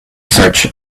search